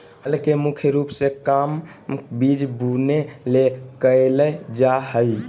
हल के मुख्य रूप से काम बिज बुने ले कयल जा हइ